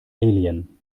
alien